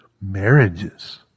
marriages